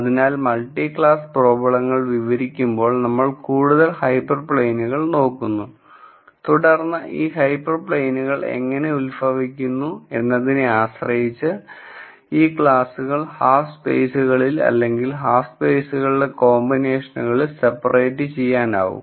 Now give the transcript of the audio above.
അതിനാൽ multi class പ്രോബ്ലങ്ങൾ വിവരിക്കുമ്പോൾ നമ്മൾ കൂടുതൽ ഹൈപ്പർ പ്ലെയിനുകൾ നോക്കുന്നു തുടർന്ന് ഈ ഹൈപ്പർ പ്ലെയിനുകൾ എങ്ങനെ ഉത്ഭവിക്കുന്നു എന്നതിനെ ആശ്രയിച്ച് ഈ ക്ലാസുകൾ ഹാഫ് സ്പേസുകളിൽ അല്ലെങ്കിൽ ഹാഫ് സ്പേസുകളുടെ കോമ്പിനേഷനുകളിൽ സെപ്പറേറ് ചെയ്യാനാവും